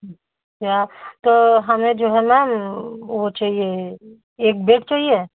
अच्छा तो हमें जो है मैम वो चाहिए एक बेड चाहिए